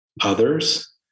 others